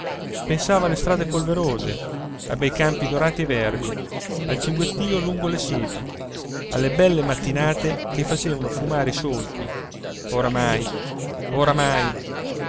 pensava alle strade polverose ai bei campi dorati e verdi al cinguettìo lungo le siepi alle belle mattinate che facevano fumare i solchi oramai oramai